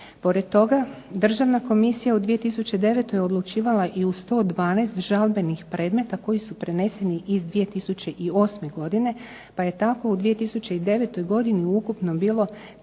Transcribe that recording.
Pored toga Državna komisija u 2009. odlučivala i u 112 žalbenih predmeta koji su preneseni iz 2008. godine, pa je tako u 2009. godini ukupno bilo